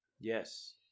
yes